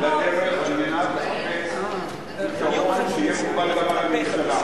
על מנת לחפש פתרון שיהיה מקובל גם על הממשלה.